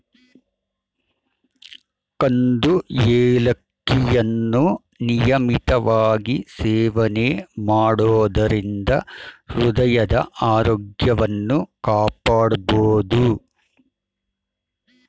ಕಂದು ಏಲಕ್ಕಿಯನ್ನು ನಿಯಮಿತವಾಗಿ ಸೇವನೆ ಮಾಡೋದರಿಂದ ಹೃದಯದ ಆರೋಗ್ಯವನ್ನು ಕಾಪಾಡ್ಬೋದು